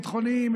ביטחוניים,